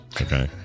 okay